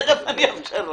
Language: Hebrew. תיכף אני אאפשר לך.